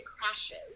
crashes